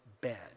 bed